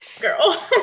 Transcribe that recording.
girl